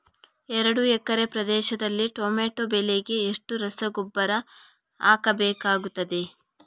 ಎರಡು ಎಕರೆ ಪ್ರದೇಶದಲ್ಲಿ ಟೊಮ್ಯಾಟೊ ಬೆಳೆಗೆ ಎಷ್ಟು ರಸಗೊಬ್ಬರ ಬೇಕಾಗುತ್ತದೆ?